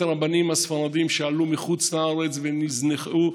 הרבנים הספרדים שעלו מחוץ לארץ ונזנחו,